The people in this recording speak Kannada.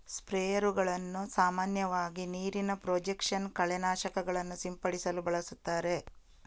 ಸ್ಪ್ರೇಯರುಗಳನ್ನು ಸಾಮಾನ್ಯವಾಗಿ ನೀರಿನ ಪ್ರೊಜೆಕ್ಷನ್ ಕಳೆ ನಾಶಕಗಳನ್ನು ಸಿಂಪಡಿಸಲು ಬಳಸುತ್ತಾರೆ